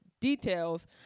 details